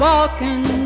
Walking